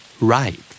Right